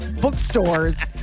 bookstores